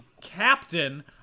captain